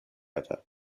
other